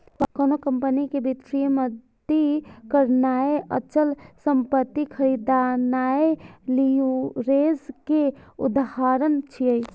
कोनो कंपनी कें वित्तीय मदति करनाय, अचल संपत्ति खरीदनाय लीवरेज के उदाहरण छियै